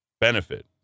benefit